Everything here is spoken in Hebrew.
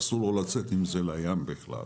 אסור לו לצאת עם זה לים בכלל.